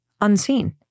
unseen